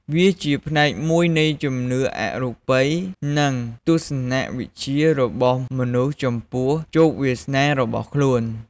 វាជាផ្នែកមួយនៃជំនឿអរូបី និងទស្សនៈវិស័យរបស់មនុស្សចំពោះជោគវាសនារបស់ខ្លួន។